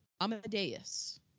Amadeus